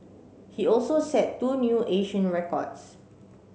he also set two new Asian records